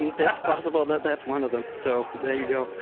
and that's possible that that's one of them. so, there you